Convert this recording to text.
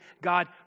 God